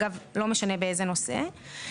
ולא משנה באיזה נושא.